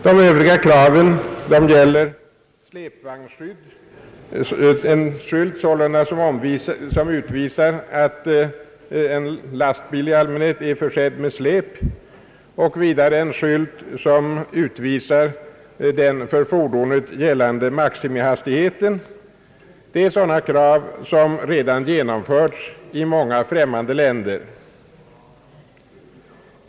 De övriga kraven gäller släpvagnsskylt, utvisande att fordonet, i allmänhet en lastbil, är försett med släp, och vidare en skylt som utvisar den för fordonet gällande maximihastigheten; de har redan genomförts i många främmande länder.